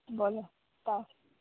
বলো তা